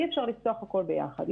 אי אפשר לפתוח הכול ביחד.